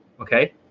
okay